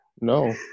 No